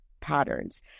patterns